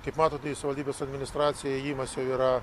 kaip matote į savivaldybės administraciją įėjimas jau yra